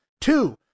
two